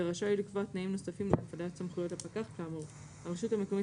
ורשאי הוא לקבוע תנאים נוספים להפעלת סמכויות הפקח כאמור; הרשות המקומית